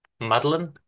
Madeline